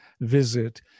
visit